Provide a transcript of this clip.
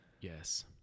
Yes